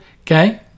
Okay